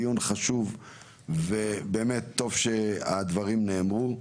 דיון חשוב ובאמת טוב שהדברים נאמרו.